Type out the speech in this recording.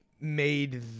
made